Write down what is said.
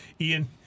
Ian